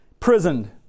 Prisoned